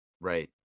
Right